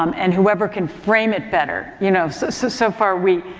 um and whoever can frame it better. you know, so, so, so far we